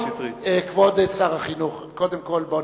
כבוד שר החינוך, קודם כול, בואו